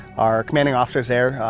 our commanding officer's there.